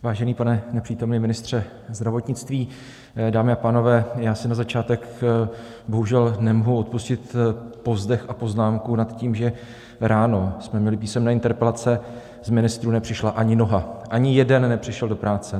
Vážený nepřítomný pane ministře zdravotnictví, dámy a pánové, já si na začátek bohužel nemohu odpustit povzdech a poznámku nad tím, že ráno jsme měli písemné interpelace, z ministrů nepřišla ani noha, ani jeden nepřišel do práce.